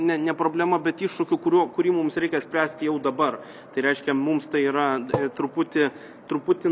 ne ne problema bet iššūkiu kuriuo kurį mums reikia spręsti jau dabar tai reiškia mums tai yra truputį truputį